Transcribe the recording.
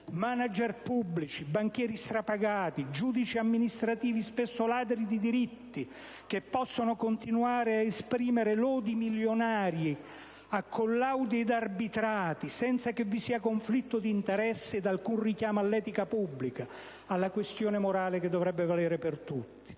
*manager* pubblici, banchieri strapagati, giudici amministrativi spesso ladri di diritti, che possono continuare a esprimere lodi milionari a collaudi ed arbitrati, senza che vi sia conflitto di interessi ed alcun richiamo all'etica pubblica ed alla questione morale, che dovrebbe valere per tutti.